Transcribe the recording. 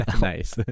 Nice